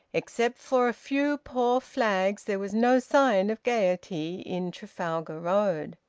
except for a few poor flags, there was no sign of gaiety in trafalgar road.